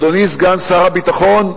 אדוני סגן שר הביטחון,